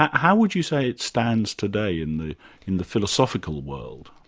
how would you say it stands today in the in the philosophical world?